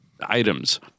items